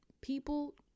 People